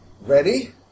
Ready